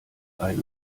ein